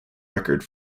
record